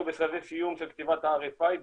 אנחנו בשלבי סיום של כתיבת ה-RFI.